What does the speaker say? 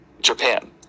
Japan